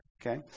Okay